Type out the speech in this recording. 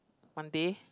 one day